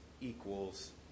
equals